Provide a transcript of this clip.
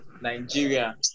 Nigeria